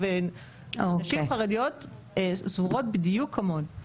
נשים חרדיות סבורות בדיוק כמונו.